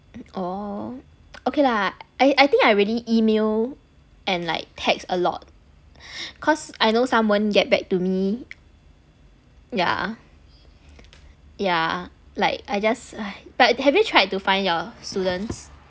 orh okay lah I I think I already email and like text a lot cause I know some won't get back to me yeah yeah like I just but have you tried to find your students